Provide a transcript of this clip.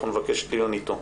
אנחנו נבקש דיון איתו.